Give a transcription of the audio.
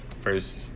first